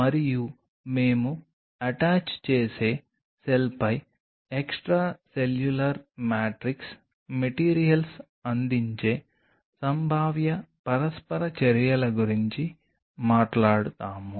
మరియు మేము అటాచ్ చేసే సెల్పై ఎక్స్ట్రాసెల్యులర్ మ్యాట్రిక్స్ మెటీరియల్స్ అందించే సంభావ్య పరస్పర చర్యల గురించి మాట్లాడుతాము